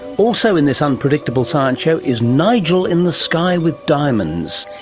also in this unpredictable science show is nigel in the sky with diamonds.